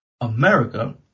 America